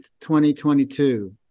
2022